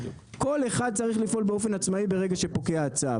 כל אחד צריך לפעול באופן עצמאי ברגע שפוקע הצו.